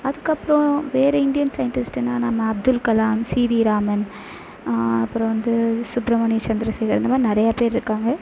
அதுக்கப்றம் வேற Indian scientist என்னன்னா நம்ம அப்துல் கலாம் சி வி ராமன் அப்பறம் வந்து சுப்ரமணிய சந்திர சேகர் இந்த மாதிரி நிறையா பேர்ருக்காங்க